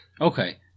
Okay